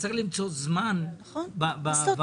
צריך למצוא זמן בוועדה.